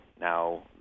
now